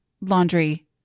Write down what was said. laundry